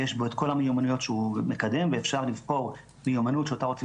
יש בו את כל המיומנויות שהוא מקדם ואפשר לבחור מיומנות שאותה רוצים